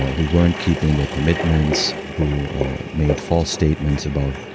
who weren't keeping their commitments, who made false statements about